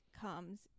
comes